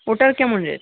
ওটার কেমন রেট